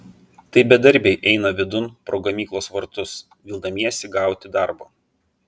tai bedarbiai eina vidun pro gamyklos vartus vildamiesi gauti darbo